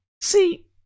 See